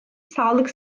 sağlık